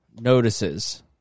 notices